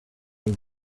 with